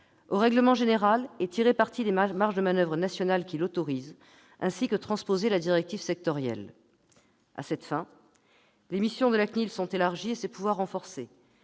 -au règlement général, de tirer parti des marges de manoeuvre nationales qu'il autorise et de transposer la directive sectorielle. À cette fin, les missions de la CNIL sont élargies et ses pouvoirs renforcés.